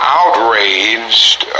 outraged